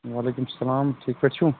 وعلیکُم سَلام ٹھیٖک پٲٹھۍ چھُو